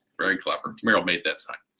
very clever meryl made that sign.